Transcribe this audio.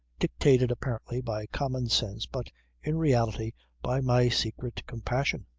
dictated apparently by common sense but in reality by my secret compassion.